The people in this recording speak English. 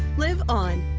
live on.